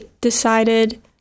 decided